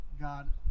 God